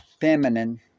Feminine